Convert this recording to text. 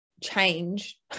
change